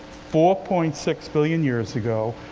four point six billion years ago,